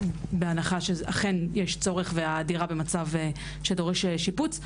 בהנחה שאכן יש צורך והדירה במצב שדורש שיפוץ.